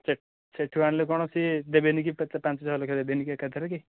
ସେ ସେଠୁ ଆଣିଲେ କ'ଣ ସେ ଦେବେନିକି ପାଞ୍ଚ ହଜାର ଲେଖାଏଁ ଦେବେନି କି ଏକା ଥରକେ